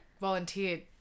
volunteered